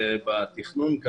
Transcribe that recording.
בתכנון.